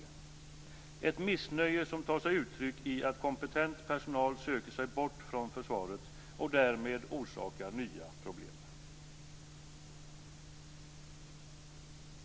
Det är ett missnöje som tar sig uttryck i att kompetent personal söker sig bort från försvaret och därmed orsakar nya problem.